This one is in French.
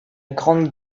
grande